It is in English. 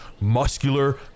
muscular